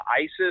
ISIS